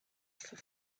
for